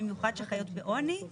במיוחד שחיות בעוני.